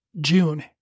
June